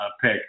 pick